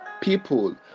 people